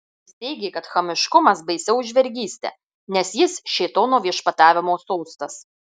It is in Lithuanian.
jis teigė kad chamiškumas baisiau už vergystę nes jis šėtono viešpatavimo sostas